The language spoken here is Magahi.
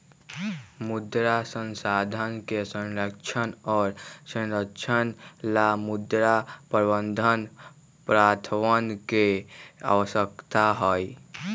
मृदा संसाधन के संरक्षण और संरक्षण ला मृदा प्रबंधन प्रथावन के आवश्यकता हई